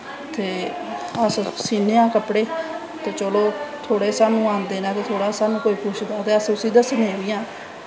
ते एस सीनें आं कपड़े ते चलो थोह्ड़े स्हानू आंदे ते कोई पुछदा ते अस दस्सनें बी हैं